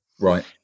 right